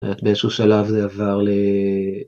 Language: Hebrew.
באיזשהו שלב זה עבר ל...